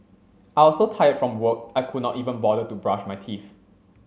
I was so tired from work I could not even bother to brush my teeth